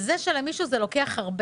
זה שלמישהו זה לוקח הרבה,